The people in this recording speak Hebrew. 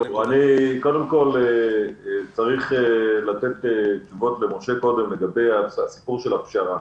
קודם כול צריך לתת כבוד למשה קולר לגבי הפשרה.